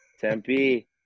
Tempe